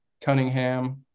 Cunningham